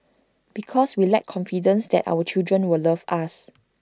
because we lack confidence that our children will love us